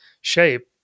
shape